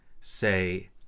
say